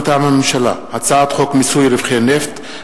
מטעם הממשלה: הצעת חוק מיסוי רווחי נפט,